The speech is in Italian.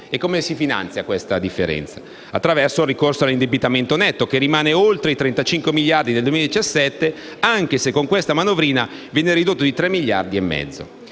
E come si finanzia questa differenza? Si finanzia attraverso il ricorso all'indebitamento netto, che rimane oltre i 35 miliardi nel 2017, anche se con questa manovrina viene ridotto di 3,5 miliardi. Siamo